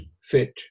fit